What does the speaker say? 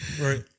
right